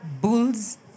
bulls